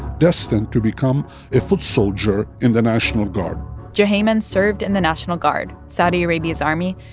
destined to become a foot soldier in the national guard juhayman served in the national guard, saudi arabia's army,